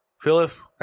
Phyllis